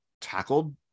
tackled